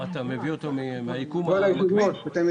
אמנם